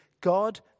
God